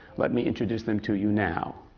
let me introduce them to you now.